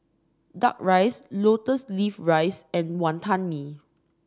duck rice lotus leaf rice and Wantan Mee